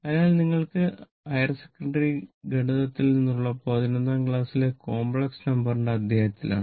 അതിനാൽ ഇത് നിങ്ങളുടെ ഹയർ സെക്കണ്ടറി ഗണിതത്തിൽ നിന്നുള്ള 11 ാം ക്ലാസ് ലെ കോംപ്ലക്സ് നമ്പർ ന്റെ അധ്യായത്തിലാണ്